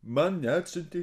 man neatsiuntei